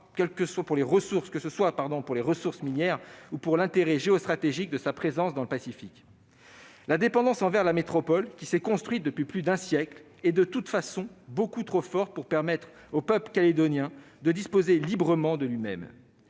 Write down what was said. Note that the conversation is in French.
qu'il s'agisse de ses ressources minières où de l'intérêt géostratégique de sa présence dans le Pacifique. La dépendance envers la métropole qui s'est construite depuis plus d'un siècle est de toute façon beaucoup trop forte pour permettre au peuple calédonien de disposer librement de lui-même.